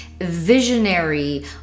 visionary